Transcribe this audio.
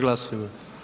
Glasujmo.